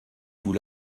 vous